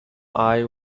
eye